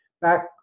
back